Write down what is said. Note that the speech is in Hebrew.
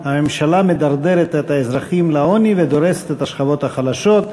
הממשלה מדרדרת את האזרחים לעוני ודורסת את השכבות החלשות.